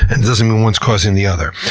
and doesn't mean one's causing the other.